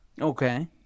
Okay